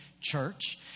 church